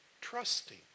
trusting